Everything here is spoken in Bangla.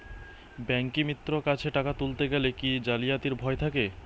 ব্যাঙ্কিমিত্র কাছে টাকা তুলতে গেলে কি জালিয়াতির ভয় থাকে?